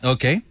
Okay